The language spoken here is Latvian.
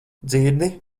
dzirdi